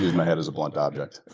my head as a blunt object.